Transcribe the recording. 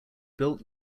built